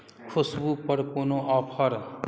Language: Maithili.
खुशबूपर कोनो ऑफर